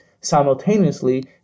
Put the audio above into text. Simultaneously